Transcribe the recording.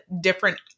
different